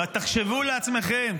תחשבו לעצמכם,